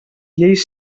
lleis